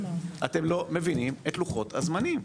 אתם לא מבינים את לוחות הזמנים,